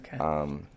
Okay